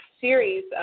series